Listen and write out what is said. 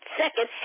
second